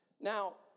Now